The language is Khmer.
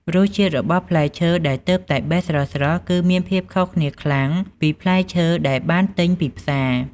រសជាតិរបស់ផ្លែឈើដែលទើបតែបេះស្រស់ៗគឺមានភាពខុសគ្នាខ្លាំងពីផ្លែឈើដែលបានទិញពីផ្សារ។